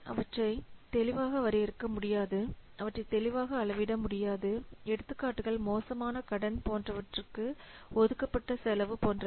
அவற்றை தெளிவாக வரையறுக்க முடியாது அவற்றை தெளிவாக அளவிட முடியாது எடுத்துக்காட்டுகள் மோசமான கடன் போன்றவற்றுக்கு ஒதுக்கப்பட்ட செலவு போன்றவை